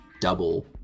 double